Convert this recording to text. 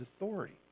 authority